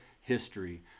history